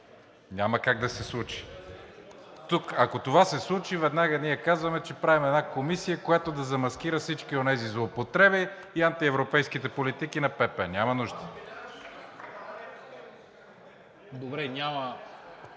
няма как да се случи. Ако това тук се случи, веднага ние казваме, че правим една комисия, която да замаскира всички онези злоупотреби и антиевропейските политики на ПП. Няма нужда.